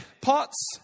Pots